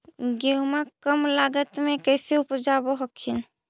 गेहुमा कम लागत मे कैसे उपजाब हखिन?